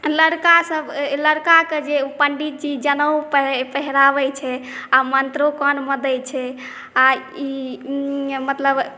लड़कासब लड़काके जे पण्डितजी जनेउ पहिराबै छै आओर मन्त्रो कानमे दै छै आओर ई मतलब